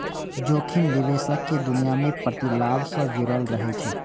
जोखिम निवेशक दुनिया मे प्रतिलाभ सं जुड़ल रहै छै